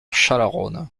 chalaronne